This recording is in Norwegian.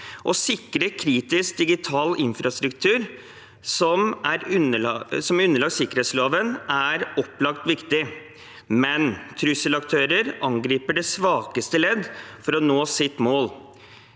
Å sikre kritisk digital infrastruktur som er underlagt sikkerhetsloven, er opplagt viktig, men trusselaktører angriper det svakeste ledd for å nå sitt mål.